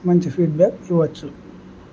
మంచి ఫీడ్బ్యాక్ ఇవ్వచ్చు